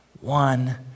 one